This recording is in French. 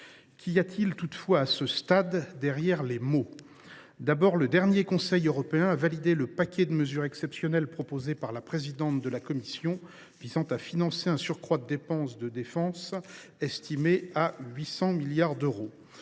Qu’y a t il toutefois, à ce stade, derrière les mots ? Le dernier Conseil européen a validé le paquet de mesures exceptionnelles proposées par la présidente de la Commission, qui visent à financer un surcroît de dépenses de défense estimé à 800 milliards d’euros.